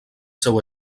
seu